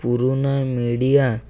ପୁରୁଣା ମିଡ଼ିଆ